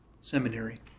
seminary